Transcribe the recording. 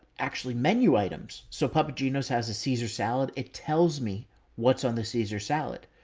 actually menu items. so papa gino's has a caesar salad. it tells me what's on the caesar salad.